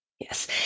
Yes